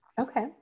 Okay